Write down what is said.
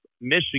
Michigan